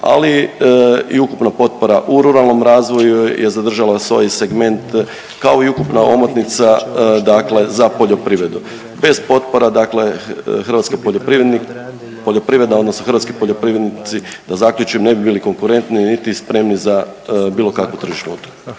ali i ukupna potpora u ruralnom razvoju je zadržala svoj segment kao i ukupna omotnica, dakle za poljoprivredu. Bez potpora, dakle hrvatska poljoprivreda, odnosno hrvatski poljoprivrednici da zaključim ne bi bili konkurentni niti spremni za bilo kakvu